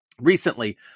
recently